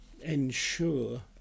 ensure